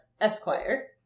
Esquire